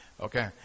Okay